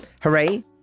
Hooray